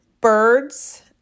birds